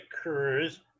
occurs